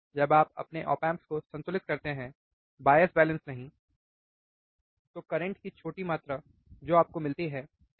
जब आप अपने ऑप एम्प को संतुलित करते हैं बायस बैलेंस नहीं तो करंट की छोटी मात्रा जो आपको मिलती है ठीक